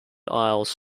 isles